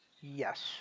Yes